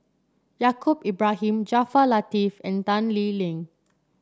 Yaacob Ibrahim Jaafar Latiff and Tan Lee Leng